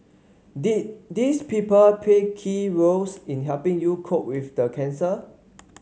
did these people play key roles in helping you cope with the cancer